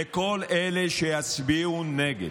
לכל אלה שיצביעו נגד: